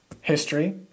history